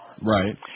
Right